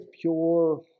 pure